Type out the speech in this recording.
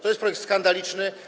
To jest projekt skandaliczny.